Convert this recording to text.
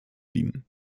dienen